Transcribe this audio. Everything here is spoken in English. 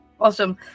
Awesome